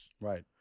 Right